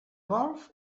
golf